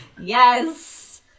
Yes